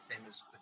famous